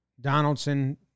Donaldson